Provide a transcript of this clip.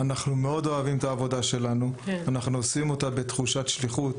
אנחנו מאוד אוהבים את העבודה שלנו ואנחנו עושים אותה בתחושת שליחות.